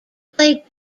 played